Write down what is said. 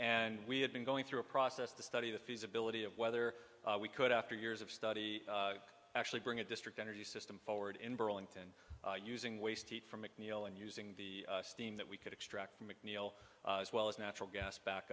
and we have been going through a process to study the feasibility of whether we could after years of study actually bring a district energy system forward in burlington using waste heat from mcneil and using the steam that we could extract from mcneil as well as natural gas back